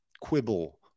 quibble